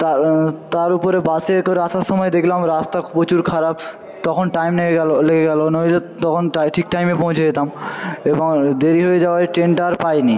তার তার উপরে বাসে করে আসার সময় দেখলাম রাস্তা প্রচুর খারাপ তখন টাইম লেগে গেল লেগে গেল নইলে তখন ঠিক টাইমে পৌঁছে যেতাম এবং দেরি হয়ে যাওয়ায় ট্রেনটা আর পাইনি